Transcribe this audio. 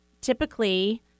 typically